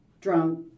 drunk